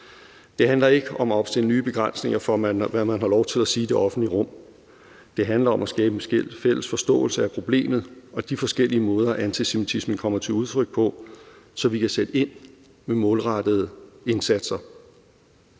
Det handler ikke om at opstille nye begrænsninger for, hvad man har lov til at sige i det offentlige rum. Det handler om at skabe en fælles forståelse af problemet og af de forskellige måder, antisemitismen kommer til udtryk på, så vi kan sætte ind med målrettede indsatser.